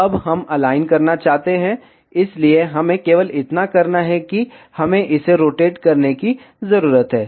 अब हम अलाइन करना चाहते हैं इसलिए हमें केवल इतना करना है कि हमें इसे रोटेट करने की जरूरत है